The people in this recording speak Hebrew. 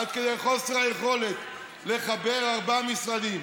עד כדי חוסר היכולת לחבר ארבעה משרדים.